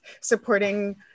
supporting